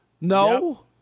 No